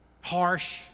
harsh